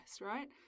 right